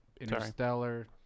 Interstellar